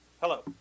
hello